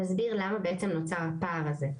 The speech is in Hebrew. אני אסביר למה בעצם נוצר הפער הזה,